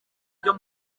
byo